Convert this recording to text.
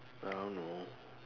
I don't know